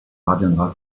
parviendra